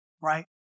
right